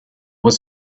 was